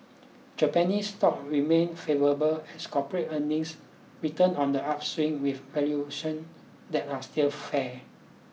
Japanese stocks remain favourable as corporate earnings return on the upswing with valuation that are still fair